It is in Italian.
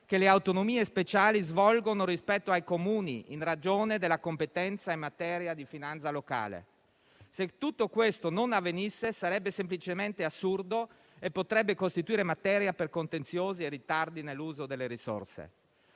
che le autonomie speciali svolgono rispetto ai Comuni, in ragione della competenza in materia di finanza locale. Se tutto questo non avvenisse, sarebbe semplicemente assurdo e potrebbe costituire materia per contenziosi e ritardi nell'uso delle risorse.